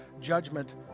judgment